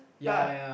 but